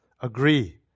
agree